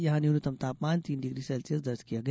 यहां न्यूनतम तापमान तीन डिग्री सेल्सियस दर्ज किया गया